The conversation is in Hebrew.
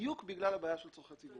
בדיוק בגלל הבעיה של צורכי ציבור.